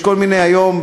יש כל מיני היום,